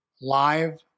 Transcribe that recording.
live